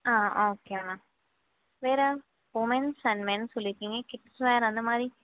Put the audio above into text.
ஆ okay ma'am வேறு womens and mens சொல்லியிருக்கீங்க kids wear அந்தமாதிரி